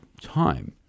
time